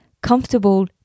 comfortable